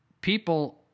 people